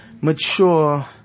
mature